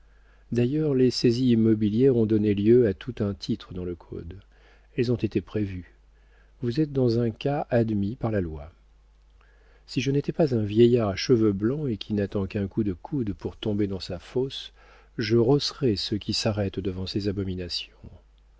d'ailleurs les saisies immobilières ont donné lieu à tout un titre dans le code elles ont été prévues vous êtes dans un cas admis par la loi si je n'étais pas un vieillard à cheveux blancs et qui n'attend qu'un coup de coude pour tomber dans sa fosse je rosserais ceux qui s'arrêtent devant ces abominations